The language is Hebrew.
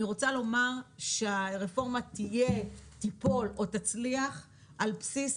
אני רוצה לומר שהרפורמה תיפול או תצליח על בסיס